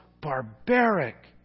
barbaric